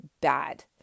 bad